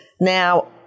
Now